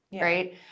right